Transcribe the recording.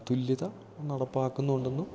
തുല്യത നടപ്പാക്കുന്നുണ്ടെന്നും